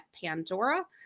Pandora